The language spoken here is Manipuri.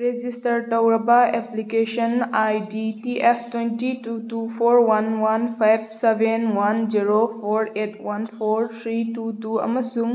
ꯔꯦꯖꯤꯁꯇꯔ ꯇꯧꯔꯕ application I D T F twenty two two four one one five seven one zero four eight one four three two two ꯑꯃꯁꯨꯡ